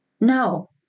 No